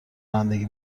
رانندگی